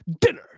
dinner